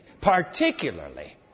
particularly